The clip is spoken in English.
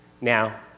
Now